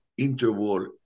interwar